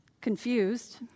Confused